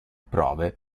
prove